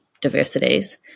diversities